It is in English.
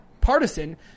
partisan